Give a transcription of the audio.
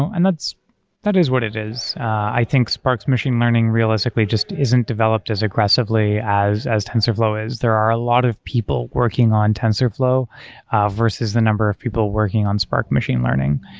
and that is what it is. i think spark's machine learning realistically just isn't developed as aggressively as as tensorflow is. there are a lot of people working on tensorflow versus the number of people working on spark machine learning.